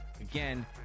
again